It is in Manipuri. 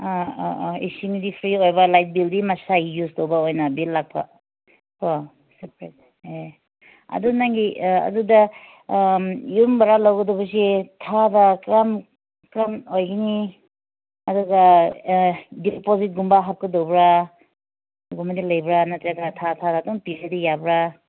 ꯑꯥ ꯑꯥ ꯑꯥ ꯏꯁꯤꯡꯗꯤ ꯐ꯭ꯔꯤ ꯑꯣꯏꯕ ꯂꯥꯏꯛ ꯕꯤꯜꯗꯤꯡ ꯃꯁꯥꯒꯤ ꯌꯨꯖ ꯇꯧꯕ ꯑꯣꯏꯅ ꯕꯤꯜ ꯂꯥꯛꯄ ꯀꯣ ꯁꯦꯄ꯭ꯔꯦꯠ ꯑꯦ ꯑꯗꯣ ꯅꯪꯒꯤ ꯑꯗꯨꯗ ꯌꯨꯝ ꯚꯔꯥ ꯂꯧꯒꯗꯕꯁꯤ ꯊꯥꯗ ꯀꯔꯝ ꯀꯔꯝ ꯑꯣꯏꯒꯅꯤ ꯑꯗꯨꯒ ꯗꯤꯄꯣꯖꯤꯠꯀꯨꯝꯕ ꯍꯥꯞꯀꯗꯧꯕ꯭ꯔꯥ ꯑꯗꯨꯒꯨꯝꯕꯗꯤ ꯂꯩꯕ꯭ꯔꯥ ꯅꯠꯇ꯭ꯔꯒ ꯊꯥ ꯊꯥꯗ ꯑꯗꯨꯝ ꯄꯤꯔꯗꯤ ꯌꯥꯕ꯭ꯔꯥ